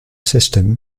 system